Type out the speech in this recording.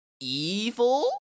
evil